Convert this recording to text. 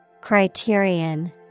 Criterion